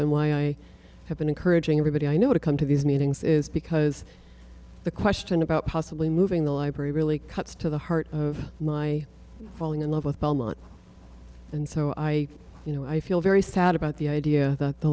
and why i have been encouraging everybody i know to come to these meetings is because the question about possibly moving the library really cuts to the heart of my falling in love with belmont and so i you know i feel very sad about the idea that the